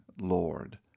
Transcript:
Lord